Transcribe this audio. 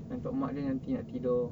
dengan tok mak dia nanti nak tidur